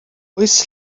oes